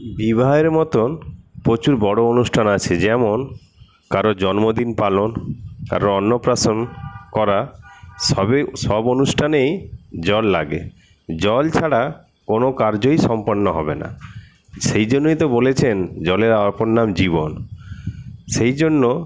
বিবাহের মতোন প্রচুর বড়ো অনুষ্ঠান আছে যেমন কারোর জন্মদিন পালন কারোর অন্নপ্রাশন করা সবই সব অনুষ্ঠানেই জল লাগে জল ছাড়া কোনো কার্যই সম্পন্ন হবে না সেই জন্যই তো বলেছেন জলের ওপর নাম জীবন সেই জন্য